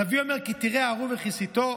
הנביא אומר: "כי תראה ערם וכסיתו"